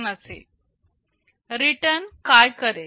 return काय करेल